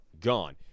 gone